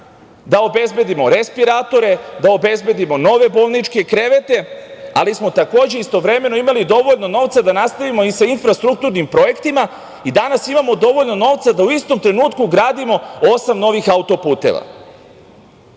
da obezbedimo respiratore, da obezbedimo nove bolničke krevete, ali smo takođe istovremeno imali dovoljno novca da nastavimo i sa infrastrukturnim projektima. I danas imamo dovoljno novca da u istom trenutku gradimo osam novih autoputeva. Sve